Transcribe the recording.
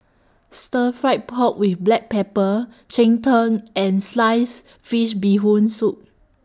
Stir Fried Pork with Black Pepper Cheng Tng and Sliced Fish Bee Hoon Soup